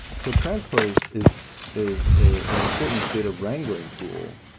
so transpose is is an important data wrangling tool.